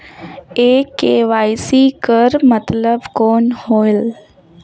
ये के.वाई.सी कर मतलब कौन होएल?